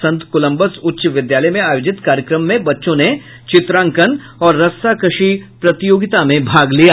संत Columbus उच्च विद्यालय में आयोजित कार्यक्रम में बच्चों ने चित्रांकन और रस्साकस्सी प्रतियोगिता में भाग लिया